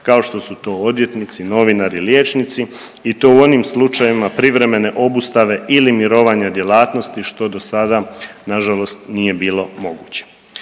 kao što su to odvjetnici, novinari, liječnici i to u onim slučajevima privremene obustave ili mirovanja djelatnosti što do sada na žalost nije bilo moguće.